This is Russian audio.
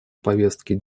повестки